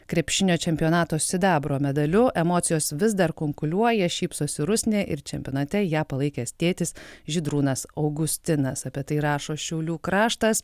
krepšinio čempionato sidabro medaliu emocijos vis dar kunkuliuoja šypsosi rusnė ir čempionate ją palaikęs tėtis žydrūnas augustinas apie tai rašo šiaulių kraštas